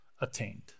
attained